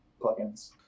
plugins